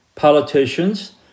politicians